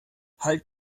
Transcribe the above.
halt